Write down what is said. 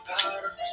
Power